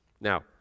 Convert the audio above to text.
Now